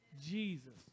jesus